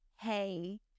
hey